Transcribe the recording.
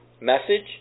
message